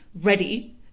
ready